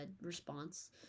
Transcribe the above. response